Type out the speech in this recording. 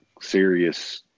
serious